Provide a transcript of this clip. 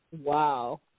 Wow